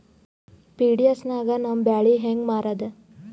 PDS ನಾಗ ನಮ್ಮ ಬ್ಯಾಳಿ ಹೆಂಗ ಮಾರದ?